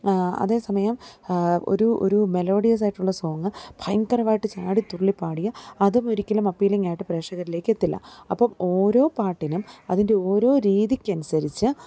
അതേസമയം ഒരു ഒരു മെലോഡിയസ് ആയിട്ടുള്ള സോങ്ങ് ഭയങ്കരമായിട്ട് ചാടിത്തുള്ളിപ്പാടിയ അതും ഒരിക്കലും അപ്പീലിങ്ങായിട്ട് പ്രേക്ഷകരിലേക്കെത്തില്ല അപ്പം ഓരോ പാട്ടിനും അതിന്റെ ഓരോ രീതിക്കനുസരിച്ച്